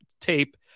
tape